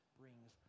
brings